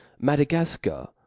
Madagascar